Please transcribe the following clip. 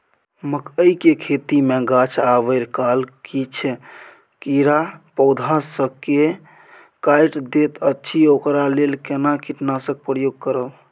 मकई के खेती मे गाछ आबै काल किछ कीरा पौधा स के काइट दैत अछि ओकरा लेल केना कीटनासक प्रयोग करब?